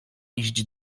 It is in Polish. iść